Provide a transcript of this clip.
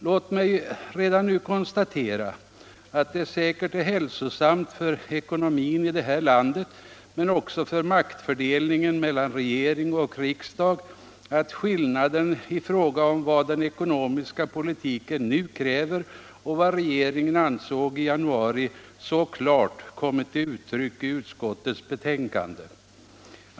Låt mig redan nu konstatera att det säkerligen är hälsosamt för ekonomin i det här landet — men också för maktfördelningen mellan regering och riksdag — att skillnaderna i fråga om vad den ekonomiska politiken nu kräver och vad regeringen i januari ansåg så klart har kommit till uttryck i utskottets betänkande.